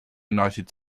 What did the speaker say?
united